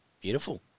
Beautiful